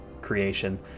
creation